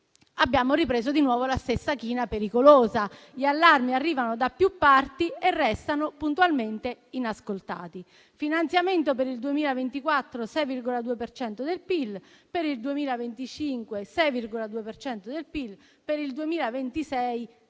abbiamo ripreso di nuovo la stessa china pericolosa. Gli allarmi arrivano da più parti e restano puntualmente inascoltati. Finanziamento: per il 2024, 6,2 per cento del PIL; per il 2025, 6,2